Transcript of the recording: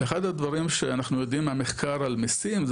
אחד הדברים שאנחנו יודעים מהמחקר על מיסים,